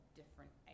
different